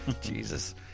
jesus